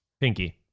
Pinky